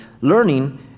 learning